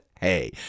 hey